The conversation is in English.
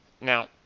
Now